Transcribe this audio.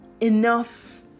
enough